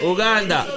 Uganda